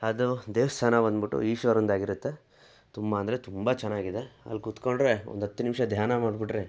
ಅದು ದೇವಸ್ಥಾನ ಬಂದ್ಬಿಟು ಈಶ್ವರಂದು ಆಗಿರುತ್ತೆ ತುಂಬ ಅಂದರೆ ತುಂಬ ಚೆನ್ನಾಗಿದೆ ಅಲ್ಲಿ ಕೂತ್ಕೊಂಡ್ರೆ ಒಂದು ಹತ್ತು ನಿಮಿಷ ಧ್ಯಾನ ಮಾಡಿಬಿಟ್ರೆ